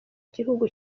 gihugu